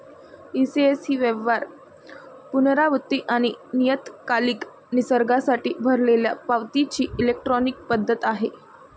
ECS ही व्यवहार, पुनरावृत्ती आणि नियतकालिक निसर्गासाठी भरलेल्या पावतीची इलेक्ट्रॉनिक पद्धत आहे